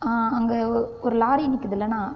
அங்கே ஒரு லாரி நிற்கிதுலன்னா